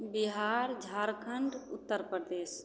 Bihar Jharkhand Uttar Pradesh